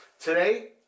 Today